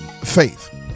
faith